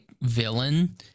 villain